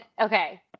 Okay